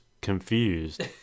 confused